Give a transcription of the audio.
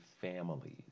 families